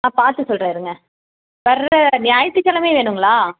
நான் பார்த்து சொல்கிறேன் இருங்க வர்ற ஞாயிற்றுக் கிழமையே வேணுங்களா